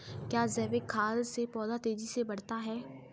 क्या जैविक खाद से पौधा तेजी से बढ़ता है?